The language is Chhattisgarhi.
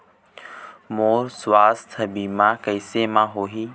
मोर सुवास्थ बीमा कैसे म होही?